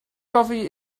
coffee